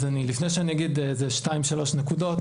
אז לפני שאני אגיד איזה שתיים שלוש נקודות